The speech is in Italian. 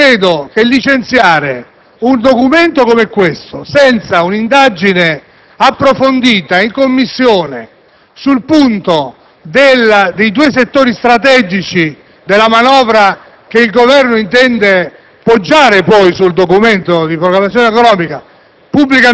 però credo che licenziare un Documento come questo senza un'indagine approfondita in Commissione relativamente ai due settori strategici della manovra che il Governo intende basare poi sul Documento di programmazione economica,